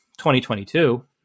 2022